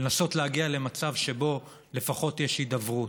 לנסות להגיע למצב שבו לפחות יש הידברות.